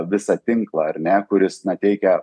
visą tinklą ar ne kuris na teikia